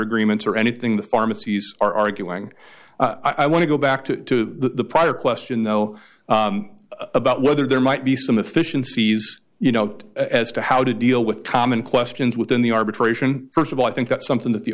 agreements or anything the pharmacies are arguing i want to go back to the prior question though about whether there might be some efficiencies you know as to how to deal with common questions within the arbitration st of all i think that's something that the